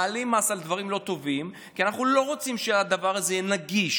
מעלים מס על דברים לא טובים כי לא רוצים שהדבר הזה יהיה נגיש.